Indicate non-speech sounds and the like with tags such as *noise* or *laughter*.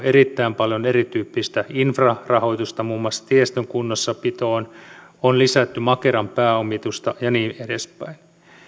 *unintelligible* erittäin paljon erityyppistä infrarahoitusta muun muassa tiestön kunnossapitoon on lisätty makeran pääomitusta ja niin edespäin